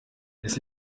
ese